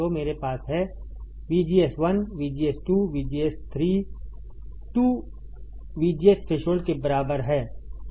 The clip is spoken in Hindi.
तो मेरे पास है VGS1 VGS2 VGS3 2 VGS threshold के बराबर है